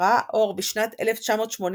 שראה אור בשנת 1986,